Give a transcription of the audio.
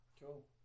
Cool